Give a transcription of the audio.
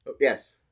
Yes